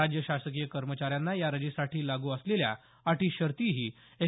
राज्य शासकीय कर्मचाऱ्यांना या रजेसाठी लागू असलेल्या अटीशर्तीही एस